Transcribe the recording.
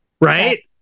Right